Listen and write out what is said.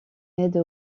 aide